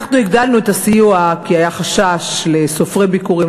אנחנו הגדלנו את הסיוע כי היה חשש לגבי סופרי ביכורים,